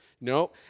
No